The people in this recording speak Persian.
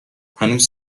هنوز